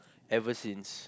ever since